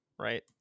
right